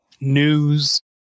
news